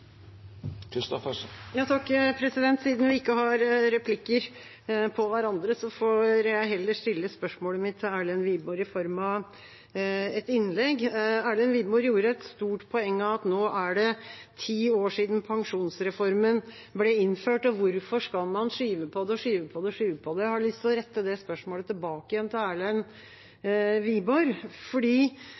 Siden vi ikke har replikker på hverandre, får jeg heller stille spørsmålet mitt til Erlend Wiborg i form av et innlegg. Erlend Wiborg gjorde et stort poeng av at nå er det ti år siden pensjonsreformen ble innført, og hvorfor skal man skyve og skyve og skyve på det. Jeg har lyst til å rette det spørsmålet tilbake til Erlend Wiborg,